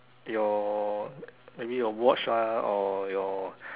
your maybe your watch lah or your